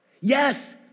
Yes